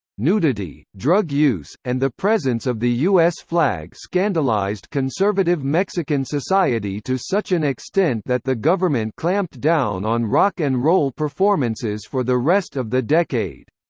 nudity, drug use, and the presence of the us flag scandalized conservative mexican society to such an extent that the government clamped down on rock and roll performances for the rest of the decade.